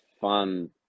fun